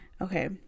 Okay